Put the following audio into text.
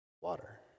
Water